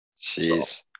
jeez